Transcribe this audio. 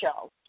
show